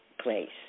place